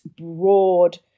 broad